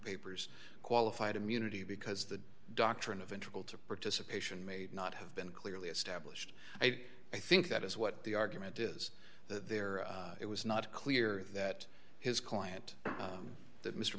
papers qualified immunity because the doctrine of interval to participation may not have been clearly established i think that is what the argument is there it was not clear that his client